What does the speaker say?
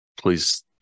please